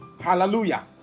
Hallelujah